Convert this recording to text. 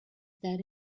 that